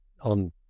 on